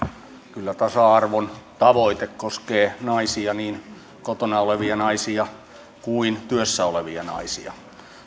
kyllä tasa arvon tavoite koskee naisia niin kotona olevia naisia kuin työssä olevia naisia